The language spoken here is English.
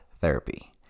therapy